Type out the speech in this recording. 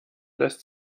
lässt